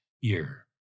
year